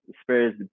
Spurs